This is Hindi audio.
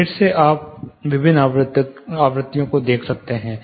फिर से आप विभिन्न आवृत्तियों को देख सकते हैं